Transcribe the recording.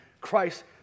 Christ